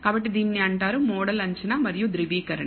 కాబట్టి దీనిని అంటారు మోడల్ అంచనా మరియు ధ్రువీకరణ